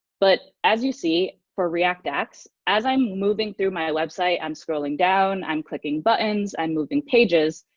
but, as you see, for react apps, as i'm moving through my website, i'm scrolling down, i'm clicking buttons and moving pages,